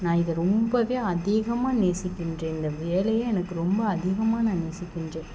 நான் இதை ரொம்ப அதிகமாக நேசிக்கின்றேன் இந்த வேலையை எனக்கு ரொம்ப அதிகமாக நான் நேசிக்கின்றேன்